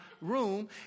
room